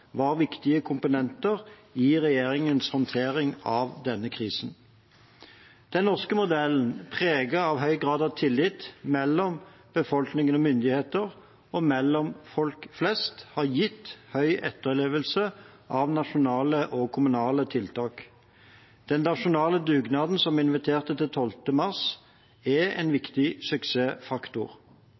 var viktige komponenter i regjeringens håndtering av denne krisen. Den norske modellen, preget av høy grad av tillit mellom befolkning og myndigheter og mellom folk flest, har gitt høy etterlevelse av nasjonale og kommunale tiltak. Den nasjonale dugnaden vi inviterte til 12. mars, er en viktig suksessfaktor.